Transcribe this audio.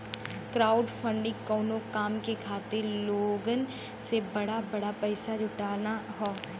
crowdfunding कउनो काम के खातिर लोगन से थोड़ा थोड़ा पइसा जुटाना हौ